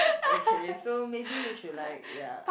okay so maybe we should like ya